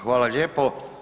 Hvala lijepo.